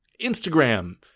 Instagram